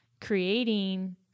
creating